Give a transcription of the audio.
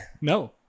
No